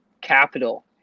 capital